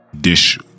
dish